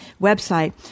website